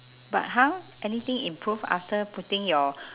but how anything improve after putting your